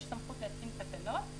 יש סמכות להתקין תקנות.